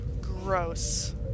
Gross